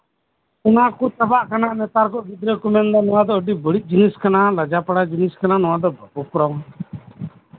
ᱚᱱᱟ ᱠᱚ ᱞᱟᱡᱟᱜ ᱠᱟᱱᱟ ᱜᱤᱫᱽᱟᱹ ᱠᱚ ᱢᱮᱱᱫᱟ ᱵᱟᱹᱲᱤᱡ ᱡᱤᱱᱤᱥ ᱠᱟᱱᱟ ᱞᱟᱡᱟᱯᱟᱲᱟ ᱡᱤᱱᱤᱥ ᱠᱟᱱᱟ ᱱᱚᱣᱟ ᱫᱚ ᱵᱟᱠᱚ ᱠᱚᱨᱟᱣᱟ